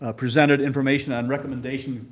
ah presented information on recommendation